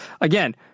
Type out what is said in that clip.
again